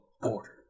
Order